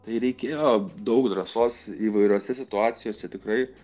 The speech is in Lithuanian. tai reikėjo daug drąsos įvairiose situacijose tikrai